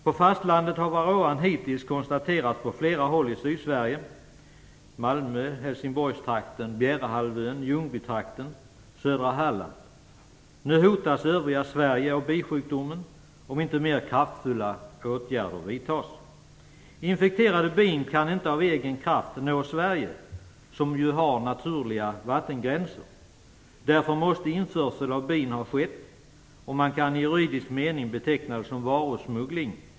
På fastlandet har varroa hittills konstaterats på flera håll i Sydsverige - Malmö, Helsingborgstrakten, Bjärehalvön, Ljungbytrakten och södra Halland. Nu hotas övriga Sverige av bisjukdomen om inte mer kraftfulla åtgärder vidtas. Infekterade bin kan inte av egen kraft nå Sverige, som ju har naturliga vattengränser. Därför måste införsel av bin ha skett. Man kan i juridisk mening beteckna det som varusmuggling.